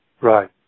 Right